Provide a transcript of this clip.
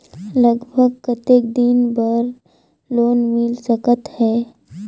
लगभग कतेक दिन बार लोन मिल सकत हे?